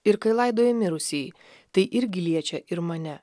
ir kai laidoja mirusįjį tai irgi liečia ir mane